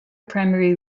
primary